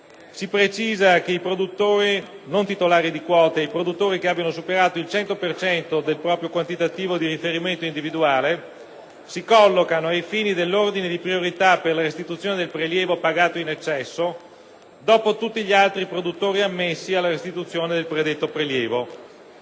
si precisa che i produttori non titolari di quote o che abbiano superato il cento per cento del proprio quantitativo di riferimento individuale si collocano, ai fini dell'ordine di priorità per la restituzione del prelievo pagato in eccesso, dopo tutti gli altri produttori ammessi alla restituzione del predetto prelievo.